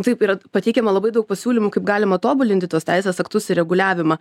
taip yra pateikiama labai daug pasiūlymų kaip galima tobulinti tuos teisės aktus ir reguliavimą